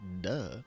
duh